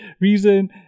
reason